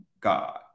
God